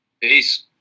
Peace